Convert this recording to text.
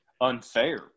unfair